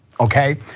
okay